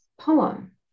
poem